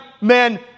men